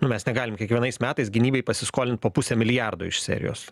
mes negalim kiekvienais metais gynybai pasiskolint po pusę milijardo iš serijos